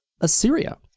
Assyria